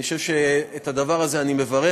אני חושב שאת הדבר הזה אני מברך.